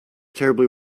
terribly